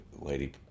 lady